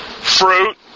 fruit